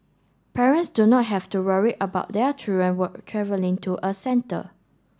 parents do not have to worry about their children travelling to a centre